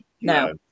No